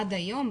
עד היום,